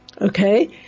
Okay